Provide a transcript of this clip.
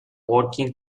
working